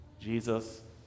Jesus